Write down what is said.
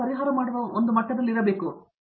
ಪ್ರತಾಪ್ ಹರಿಡೋಸ್ ಸರಿ